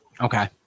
Okay